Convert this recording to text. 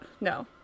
No